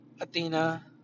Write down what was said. Athena